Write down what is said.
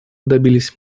добились